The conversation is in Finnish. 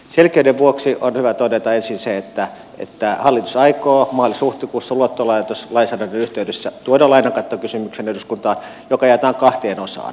selkeyden vuoksi on hyvä todeta ensin se että hallitus aikoo maalishuhtikuussa luottolaitoslainsäädännön yhteydessä tuoda eduskuntaan lainakattokysymyksen joka jaetaan kahteen osaan